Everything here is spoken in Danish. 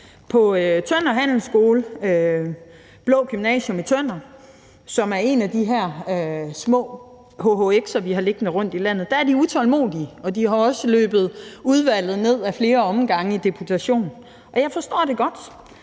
På Tønder Handelsskole, Det Blå Gymnasium i Tønder, som er en af de her små hhx'er, vi har liggende rundtomkring i landet, er de utålmodige, og de har også løbet udvalget ned ad flere omgange i deputationer. Og jeg forstår det godt,